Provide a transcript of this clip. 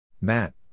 Matt